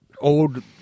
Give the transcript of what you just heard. old